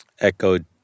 echoed